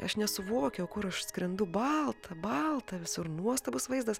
aš nesuvokiau kur aš skrendu balta balta visur nuostabus vaizdas